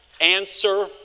answer